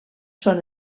són